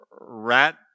rat